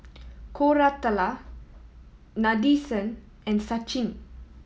Koratala Nadesan and Sachin